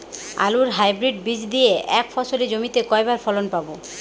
আলুর হাইব্রিড বীজ দিয়ে এক ফসলী জমিতে কয়বার ফলন পাব?